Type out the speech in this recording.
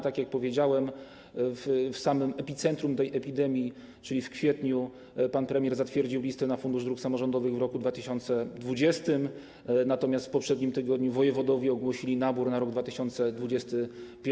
Tak jak powiedziałem, w samym epicentrum tej epidemii, czyli w kwietniu, pan premier zatwierdził listę, jeśli chodzi o Fundusz Dróg Samorządowych w roku 2020, natomiast w poprzednim tygodniu wojewodowie ogłosili nabór na rok 2021.